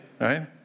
right